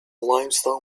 limestone